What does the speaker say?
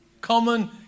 Common